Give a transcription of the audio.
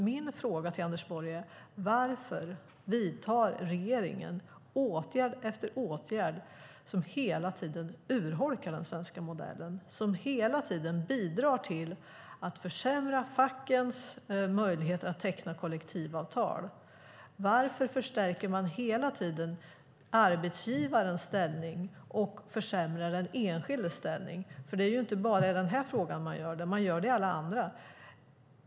Min fråga till Anders Borg är: Varför vidtar regeringen åtgärd efter åtgärd som hela tiden urholkar den svenska modellen och som hela tiden bidrar till att försämra fackens möjligheter att teckna kollektivavtal? Varför förstärker ni hela tiden arbetsgivarens ställning och försämrar den enskildes ställning? Det är ju inte bara i den här frågan ni gör det utan även i alla andra.